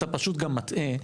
אתה פשוט מטעה,